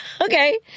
Okay